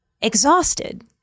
exhausted